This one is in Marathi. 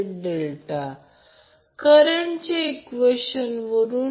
तर या प्रकरणात हे लोड करताना लाईन करंट फेज करंट कारण समान करंट i इथे प्रवेश करत आहे